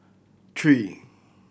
three